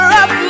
up